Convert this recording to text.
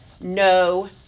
no